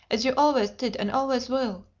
as you always did and always will!